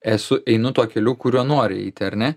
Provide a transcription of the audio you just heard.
esu einu tuo keliu kuriuo noriu eiti ar ne